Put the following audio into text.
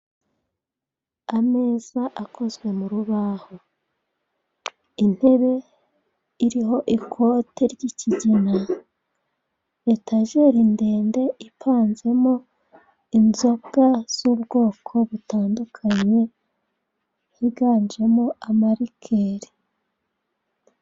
Ameza akozwe mu rubaho, intebe iriho ikote ry'kigina, etageri ndende ipanzemo inzoga z'ubwoko butandukanye higanjemo amarikeri.